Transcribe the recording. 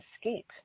escape